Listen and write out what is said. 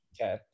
Okay